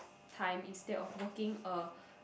time instead of working a